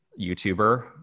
YouTuber